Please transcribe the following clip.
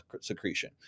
secretion